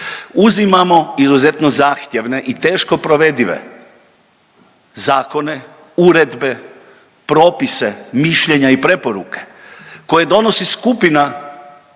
uzimamo izuzetno zahtjevne i teško provedive zakone, uredbe, propise, mišljenja i preporuke koje donosi skupina,